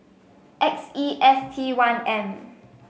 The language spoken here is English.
X E S T one M